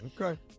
Okay